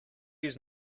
use